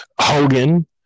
Hogan